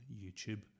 YouTube